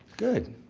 good.